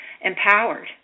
empowered